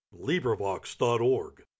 LibriVox.org